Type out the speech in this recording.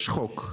יש חוק.